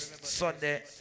Sunday